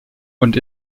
und